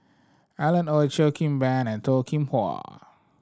Alan Oei Cheo Kim Ban and Toh Kim Hwa